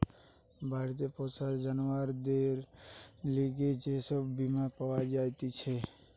বাড়িতে পোষা জানোয়ারদের লিগে যে সব বীমা পাওয়া জাতিছে